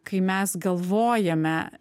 kai mes galvojame